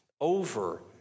over